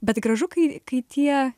bet gražu kai kai tie